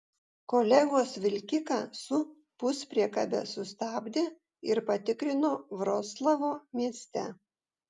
kolegos vilkiką su puspriekabe sustabdė ir patikrino vroclavo mieste